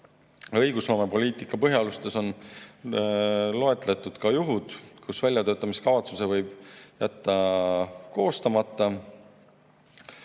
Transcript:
Õigusloomepoliitika põhialustes on loetletud juhud, kui väljatöötamiskavatsuse võib jätta koostamata,